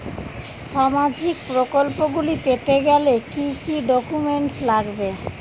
সামাজিক প্রকল্পগুলি পেতে গেলে কি কি ডকুমেন্টস লাগবে?